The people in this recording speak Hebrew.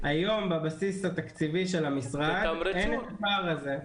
היום בבסיס התקציבי של המשרד, אין לי את הפער הזה.